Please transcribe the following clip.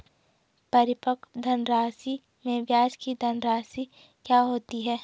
परिपक्व धनराशि में ब्याज की धनराशि क्या होती है?